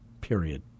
Period